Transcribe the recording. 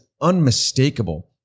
unmistakable